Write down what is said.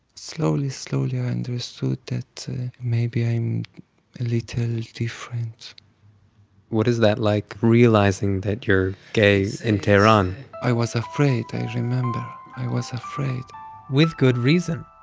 slowly, slowly, i understood that maybe i'm a little different what is that like? realizing that you're gay in tehran? i was afraid. i remember. i was afraid with good reason.